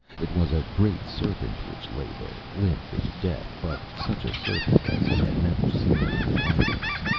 it was a great serpent which lay there limp in death, but such a serpent as he had never seen in his wanderings.